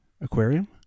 aquarium